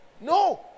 No